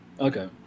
Okay